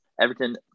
Everton